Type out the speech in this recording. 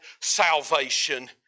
salvation